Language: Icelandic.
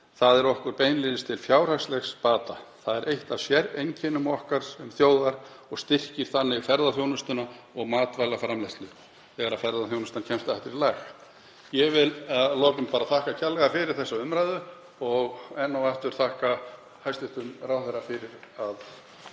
Það er okkur beinlínis til fjárhagslegs bata. Það er eitt af séreinkennum okkar sem þjóðar og styrkir þannig ferðaþjónustuna og matvælaframleiðslu þegar ferðaþjónustan kemst aftur í lag. Ég vil að lokum þakka kærlega fyrir þessa umræðu og enn og aftur þakka hæstv. ráðherra fyrir að